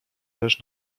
też